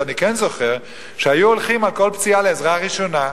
אני כן זוכר שהיו הולכים על כל פציעה לעזרה ראשונה,